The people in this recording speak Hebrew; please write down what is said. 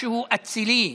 משהו אצילי,